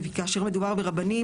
וכאשר מדובר ברבנים,